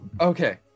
Okay